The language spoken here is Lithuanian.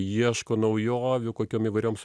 ieško naujovių kokiom įvairiom